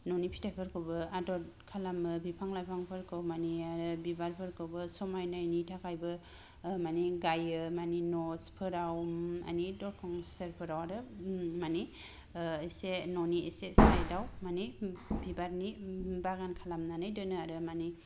न'नि फिथायफोरखौबो आदब खालामो बिफां लाइफांफोरखौ माने बिबारफोरखौबो समायनायनि थाखायबो ओ माने गायो माने न'फोराव माने दरखं सेरफोराव आरो माने ओ इसे न'नि इसे सायदाव माने बिबारनि बागान खालामनानै दोनो आरो माने